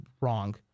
wrong